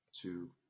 two